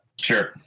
sure